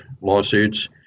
lawsuits